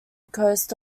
coast